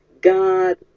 God